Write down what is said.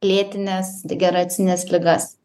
lėtines degeracines ligas